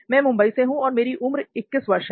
मैं मुंबई से हूं और मेरी उम्र 21 वर्ष है